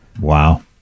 Wow